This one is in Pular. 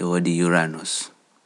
wodi uranus